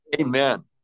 Amen